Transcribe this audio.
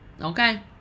okay